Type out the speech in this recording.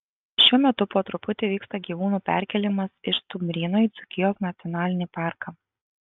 šiuo metu po truputį vyksta gyvūnų perkėlimas iš stumbryno į dzūkijos nacionalinį parką